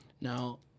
Now